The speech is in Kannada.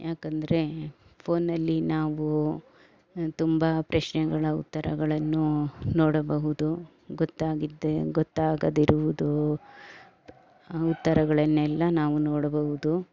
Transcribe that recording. ಯಾಕಂದರೆ ಫೋನಲ್ಲಿ ನಾವು ತುಂಬ ಪ್ರಶ್ನೆಗಳ ಉತ್ತರಗಳನ್ನು ನೋಡಬಹುದು ಗೊತ್ತಾಗಿದ್ದೇ ಗೊತ್ತಾಗದಿರುವುದು ಉತ್ತರಗಳನ್ನೆಲ್ಲ ನಾವು ನೋಡಬಹುದು